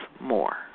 more